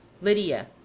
Lydia